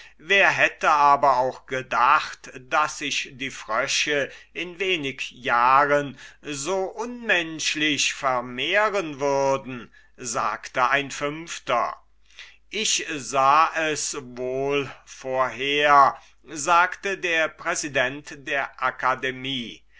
wer hätte aber auch gedacht daß sich die frösche in wenig jahren so unmenschlich vermehren würden sagte ein fünfter ich sah es wohl vorher sagte der präsident der akademie